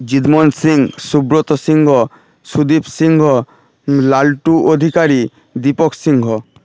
Jeet Mohan Singh Subrata Singha Sudip Singha Laltu Adhikari Dipak Singh